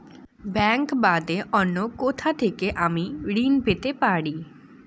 Bank বাদে অন্য কোথা থেকে আমি ঋন পেতে পারি?